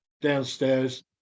downstairs